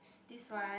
this one